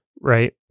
Right